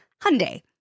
Hyundai